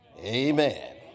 Amen